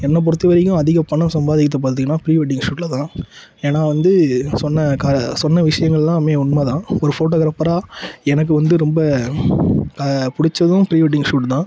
என்னை பொறுத்த வரைக்கும் அதிக பணம் சம்பாதிக்கிறது பார்த்தீங்கன்னா ப்ரீ வெட்டிங்கு ஷூட்டில் தான் ஏன்னா வந்து சொன்ன கா சொன்ன விஷயங்கள்லாமே உண்மை தான் ஒரு ஃபோட்டோகிராபரா எனக்கு வந்து ரொம்ப பிடிச்சதும் ப்ரீ வெட்டிங்கு ஷூட்டு தான்